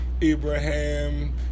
abraham